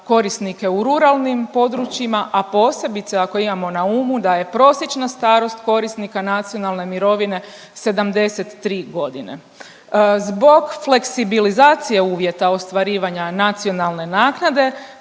korisnike u ruralnim područjima, a posebice ako imamo na umu da je prosječna starost korisnika nacionalne mirovine 73 godine. Zbog fleksibilizacije uvjeta ostvarivanja nacionalne naknade